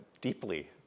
deeply